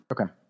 okay